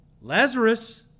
Lazarus